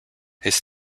his